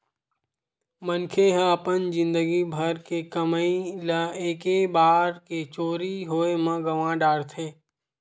मनखे ह अपन जिनगी भर के कमई ल एके बार के चोरी होए म गवा डारथे